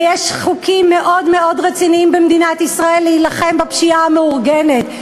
ויש חוקים מאוד רציניים במדינת ישראל להילחם בפשיעה המאורגנת.